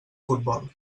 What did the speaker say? futbol